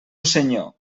senyor